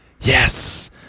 Yes